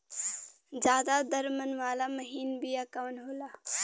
ज्यादा दर मन वाला महीन बिया कवन होला?